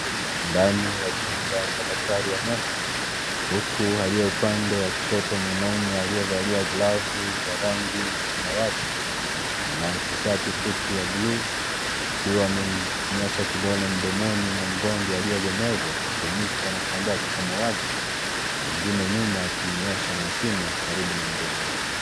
Ndani ya chumba cha daktari wa meno huku aliye upande wa kushoto mwanaume aliyevalia glavu ya rangi ya samawati na tishati fupi ya bluu akiwa amenyosha kidole mdomoni mwa mgonjwa aliyeegemezwa kafunikwa na kitambaa cha samawati na mwingine nyuma akiinyosha mashine karibu na mdomo.